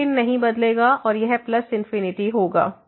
तो चिन्ह नहीं बदलेगा और यह प्लस इनफिनिटी होगा